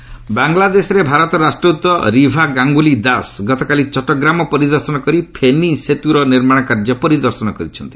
ଫେନି bridge ବାଂଲାଦେଶରେ ଭାରତର ରାଷ୍ଟ୍ରଦୂତ ରିଭା ଗାଙ୍ଗୁଲି ଦାସ ଗତକାଲି ଚଟଗ୍ରାମ ପରିଦର୍ଶନ କରି ଫେନି ସେତୁର ନିର୍ମାଣ କାର୍ଯ୍ୟ ପରିଦର୍ଶନ କରିଛନ୍ତି